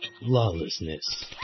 lawlessness